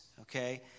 okay